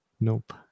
Nope